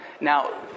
Now